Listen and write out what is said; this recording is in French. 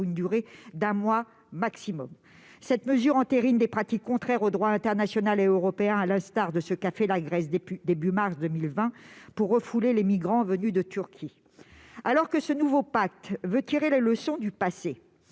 une durée d'un mois maximum. Cette mesure entérine des pratiques contraires au droit international et européen, auxquelles a recouru notamment la Grèce, début mars 2020, pour refouler les migrants venus de Turquie. Alors que ce nouveau pacte veut tirer les leçons du passé,